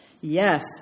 Yes